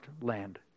land